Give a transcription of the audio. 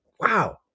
Wow